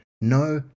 no